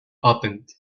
opened